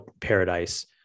paradise